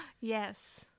yes